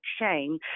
shame